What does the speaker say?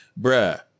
bruh